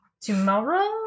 Tomorrow